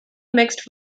mixed